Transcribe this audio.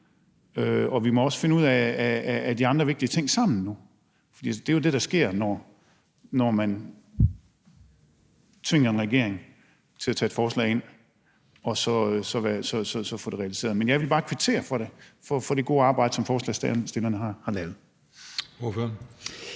og vi må nu også finde ud af de andre vigtige ting sammen. For det er det jo det, der sker, når man tvinger en regering til at tage et forslag ind og få det realiseret. Men jeg vil bare kvittere for det gode arbejde, som forslagsstillerne har lavet.